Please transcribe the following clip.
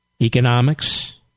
economics